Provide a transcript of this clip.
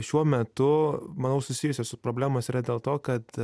šiuo metu manau susijusios problemos yra dėl to kad